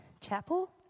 chapel